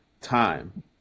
time